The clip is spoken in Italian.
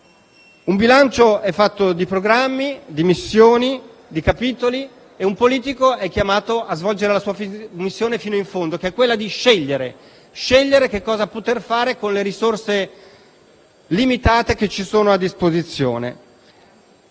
Un bilancio è fatto di programmi, di missioni, di capitoli e un politico è chiamato a svolgere la sua funzione fino in fondo, che è quella di scegliere cosa poter fare con le risorse limitate che sono a disposizione.